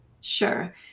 Sure